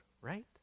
right